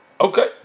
Okay